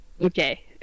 Okay